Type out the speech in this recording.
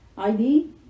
ID